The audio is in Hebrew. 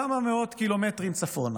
כמה מאות קילומטרים צפונה